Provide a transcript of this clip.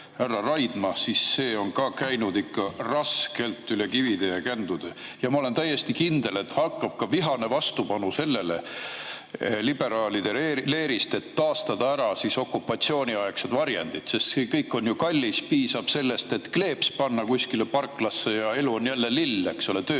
härra Raidma, siis see on käinud ikka raskelt üle kivide ja kändude. Ma olen täiesti kindel, et hakkab vihane vastupanu liberaalide leerist sellele, et taastada okupatsiooniaegsed varjendid, sest see kõik on ju kallis. Piisab sellest, et kleeps panna kuskile parklasse ja elu on jälle lill, töö